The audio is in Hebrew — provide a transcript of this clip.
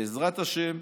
בעזרת השם,